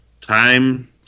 time